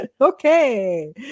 Okay